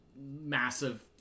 massive